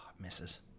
Misses